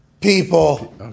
people